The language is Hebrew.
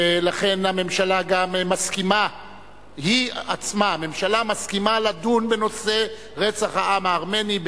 לכן הממשלה עצמה גם היא מסכימה לדון בכנסת ישראל ברצח העם הארמני,